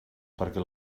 perquè